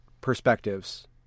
perspectives